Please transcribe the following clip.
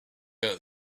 out